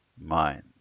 mind